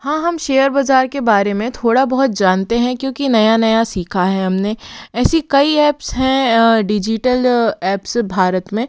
हाँ हम शेयर बज़ार के बारे में थोड़ा बहुत जानते हैं क्योंकि नया नया सीखा है हम ने ऐसी कई ऐप्स हैं डिजिटल ऐप्स भारत में